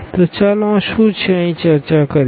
તો ચાલો આ શું છે તે અહીં ચર્ચા કરીએ